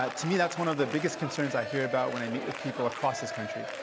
ah to me, that's one of the biggest concerns i hear about when i meet with people across this country.